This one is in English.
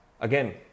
again